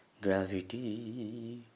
gravity